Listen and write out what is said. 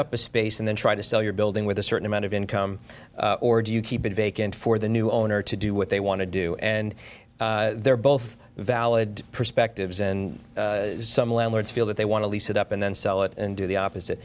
a space and then try to sell your building with a certain amount of income or do you keep it vacant for the new owner to do what they want to do and they're both valid perspectives and some landlords feel that they want to lease it up and then sell it and do the